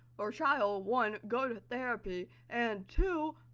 or child, one, go to therapy, and two,